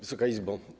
Wysoka Izbo!